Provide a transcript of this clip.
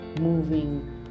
moving